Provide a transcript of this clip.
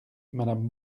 madame